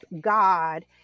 God